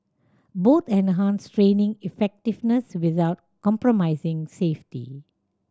both enhanced training effectiveness without compromising safety